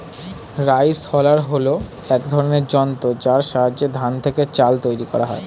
rice huller হল এক ধরনের যন্ত্র যার সাহায্যে ধান থেকে চাল তৈরি করা হয়